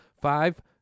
five